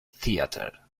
theater